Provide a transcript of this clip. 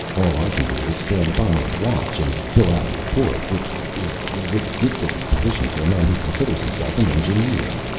all i can do is stand by and watch, and fill out a report. which is a ridiculous position for a man who considers himself an engineer.